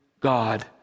God